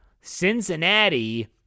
Cincinnati